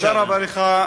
תודה רבה לך,